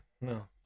no